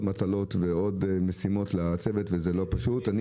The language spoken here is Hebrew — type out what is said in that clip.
מטלות ועוד משימות לצוות וזה לא פשוט.